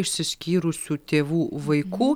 išsiskyrusių tėvų vaikų